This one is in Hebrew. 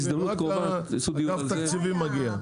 רק אגף תקציבים מגיע.